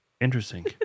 interesting